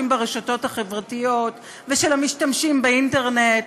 ברשתות החברתיות ושל המשתמשים באינטרנט,